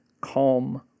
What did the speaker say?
calm